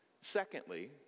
Secondly